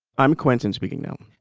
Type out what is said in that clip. i'm quenton speaking now.